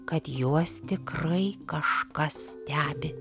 kad juos tikrai kažkas stebi